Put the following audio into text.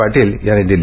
पाटील यांनी दिली